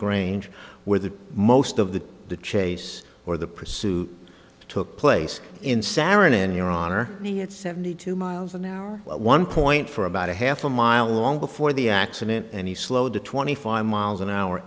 grange where the most of the the chase or the pursue took place in sarum in your honor at seventy two miles an hour one point for about a half a mile long before the accident and he slowed to twenty five miles an hour